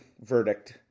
verdict